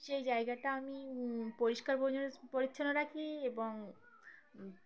সেই জায়গাটা আমি পরিষ্কার পরি পরিচ্ছন্ন রাখি এবং